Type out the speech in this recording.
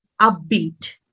upbeat